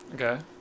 Okay